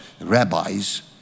rabbis